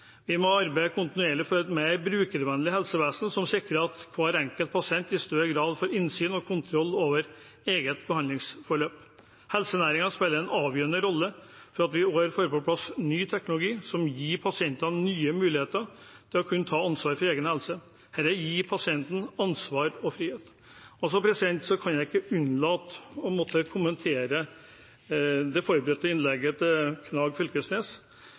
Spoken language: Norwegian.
Vi må arbeide kontinuerlig for et mer brukervennlig helsevesen som sikrer at hver enkelt pasient i større grad får innsyn i og kontroll over eget behandlingsforløp. Helsenæringen spiller en avgjørende rolle for at vi i år får på plass ny teknologi som gir pasientene nye muligheter til å kunne ta ansvar for egen helse. Dette gir pasienten ansvar og frihet. Jeg kan ikke unnlate å kommentere det forberedte innlegget til Torgeir Knag Fylkesnes.